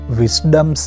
wisdom